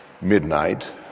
midnight